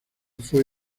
fue